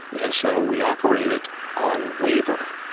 and so we operate it on waiver.